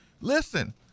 Listen